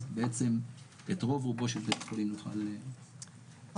בעצם את רוב רובו של בית החולים נוכל להחזיר לשגרה.